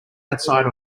outside